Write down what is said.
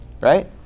right